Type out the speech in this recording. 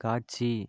காட்சி